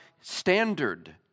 standard